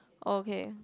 okay